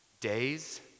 days